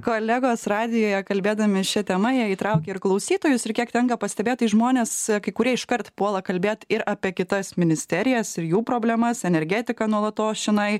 kolegos radijuje kalbėdami šia tema jie įtraukė ir klausytojus ir kiek tenka pastebėt tai žmonės kai kurie iškart puola kalbėt ir apie kitas ministerijas ir jų problemas energetika nuolatos čionai